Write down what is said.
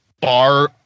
bar